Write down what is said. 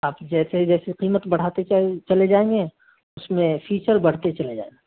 آپ جیسے جیسے قیمت بڑھاتے چل چلے جائیں گے اس میں فیچر برھتے چلے جائیں گے